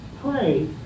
pray